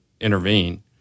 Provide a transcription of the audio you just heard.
intervene